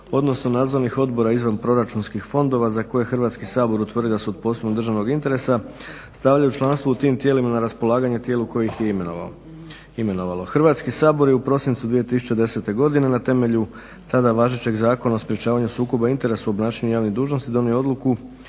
odnosno nadzornih odbora izvanproračunskih fondova za koje Hrvatski sabor utvrdi da su od posebnog državnog interesa stavljaju članstvo u tim tijelima na raspolaganje tijelu koji ih je imenovalo. Hrvatski sabor je u prosincu 2010. godine na temelju tada važećeg Zakona o sprječavanju sukoba interesa u obnašanju javnih dužnosti donio odluku